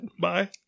Bye